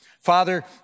Father